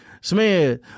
Smith